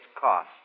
cost